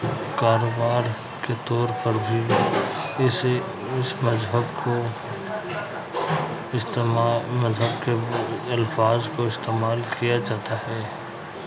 کاروبار کے طور پر بھی اسے اس مذہب کو استعمال مذہب کے الفاظ کو استعمال کیا جاتا ہے